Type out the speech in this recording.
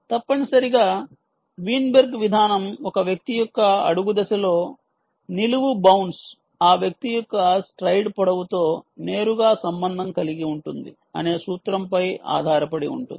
తప్పనిసరిగా వీన్బెర్గ్ విధానం ఒక వ్యక్తి యొక్క అడుగు దశలో నిలువు బౌన్స్ ఆ వ్యక్తి యొక్క స్ట్రైడ్ పొడవుతో నేరుగా సంబంధం కలిగి ఉంటుంది అనే సూత్రంపై ఆధారపడి ఉంటుంది